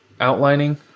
outlining